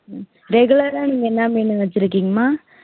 ம் ரெகுலராக நீங்கள் என்ன மீன் வச்சுருக்கீங்கம்மா